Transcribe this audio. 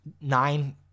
nine